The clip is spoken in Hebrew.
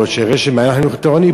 או של רשת "מעיין החינוך התורני",